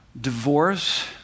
divorce